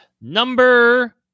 Number